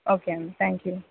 okay అండి thank you